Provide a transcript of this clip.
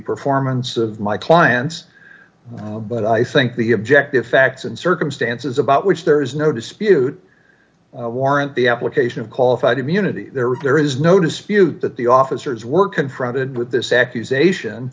performance of my clients but i think the objective facts and circumstances about which there is no dispute warrant the application of qualified immunity there if there is no dispute that the officers were confronted with this accusation